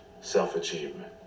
self-achievement